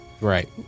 Right